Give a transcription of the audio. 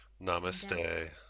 Namaste